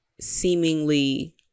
seemingly